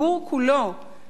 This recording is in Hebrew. על כל חלקיו,